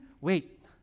wait